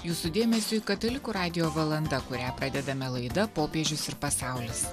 jūsų dėmesiui katalikų radijo valanda kurią pradedame laida popiežius ir pasaulis